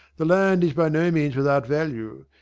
the land is by no means without value.